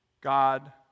God